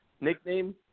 nickname